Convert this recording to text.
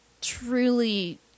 truly